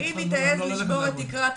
כלומר, אם היא תעז לשבור את תקרת הזכוכית,